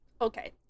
Okay